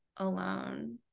Alone